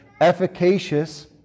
efficacious